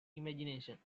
imagination